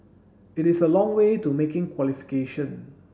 it is a long way to making qualification